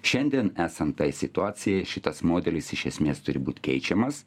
šiandien esant tai situacijai šitas modelis iš esmės turi būt keičiamas